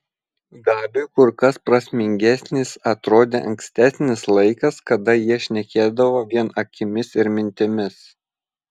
gabiui kur kas prasmingesnis atrodė ankstesnis laikas kada jie šnekėdavo vien akimis ir mintimis